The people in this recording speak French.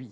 une